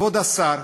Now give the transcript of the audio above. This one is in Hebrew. כבוד השר.